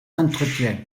entretien